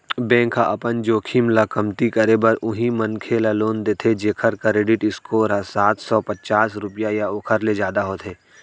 bank ह अपन जोखिम ल कमती करे बर उहीं मनखे ल लोन देथे जेखर करेडिट स्कोर ह सात सव पचास रुपिया या ओखर ले जादा होथे